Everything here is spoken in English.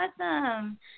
awesome